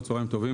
צוהריים טובים.